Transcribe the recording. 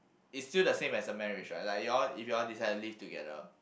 it's still the same as the marriage lah like you all if you all decide to live together